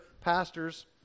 pastors